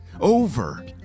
over